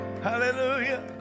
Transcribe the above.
Hallelujah